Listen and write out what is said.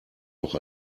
auch